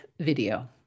video